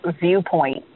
viewpoint